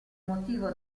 motivo